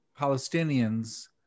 Palestinians